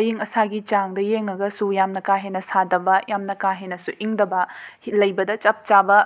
ꯑꯏꯪ ꯑꯁꯥꯒꯤ ꯆꯥꯡꯗ ꯌꯦꯡꯂꯒꯁꯨ ꯌꯥꯝꯅ ꯀꯥ ꯍꯦꯟꯅ ꯁꯥꯗꯕ ꯌꯥꯝꯅ ꯀꯥ ꯍꯦꯟꯅꯁꯨ ꯏꯪꯗꯕ ꯍꯤ ꯂꯩꯕꯗ ꯆꯞ ꯆꯥꯕ